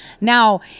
Now